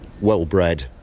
well-bred